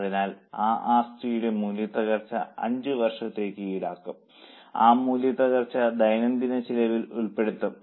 അതിനാൽ ആ ആസ്തിയുടെ മൂല്യത്തകർച്ച 5 വർഷത്തേക്ക് ഈടാക്കും ആ മൂല്യത്തകർച്ച ദൈനംദിന ചെലവിൽ ഉൾപ്പെടുത്തും